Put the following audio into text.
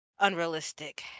unrealistic